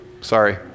Sorry